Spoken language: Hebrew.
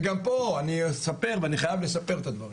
וגם פה, אני אספר, ואני חייב לספר את הדברים,